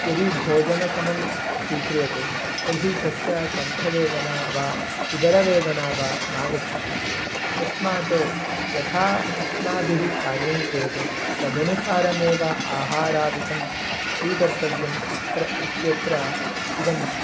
यदि भोजनसमं स्वीक्रियते तर्हि तस्य कण्ठवेदना वा उदरवेदना वा नागच्छति तस्मात् यथा अस्माभिः कार्यं क्रियते तदनुसारमेव आहारादिकं स्वीकर्तव्यम् इति इत्यत्र इदं